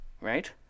right